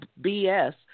BS